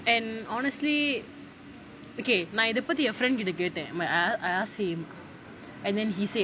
and honestly okay நான் இத பத்தி ஏன்:naan itha pathi yaen a friend கிட்ட கேட்டேன்:kita ketaen I ask I ask him and then he said